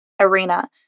arena